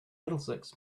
middlesex